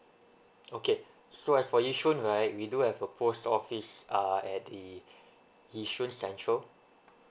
okay so as for yishun right we do have a post office uh at the yishun central